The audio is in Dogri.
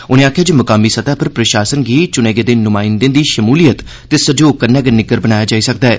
उनें आखेआ जे मुकामी सतह उप्पर प्रशासन गी चुने गेदे नुमाइंदें दी शमूलियत ते सैह्योग कन्नै गै निग्गर बनाया जाई सकदा ऐ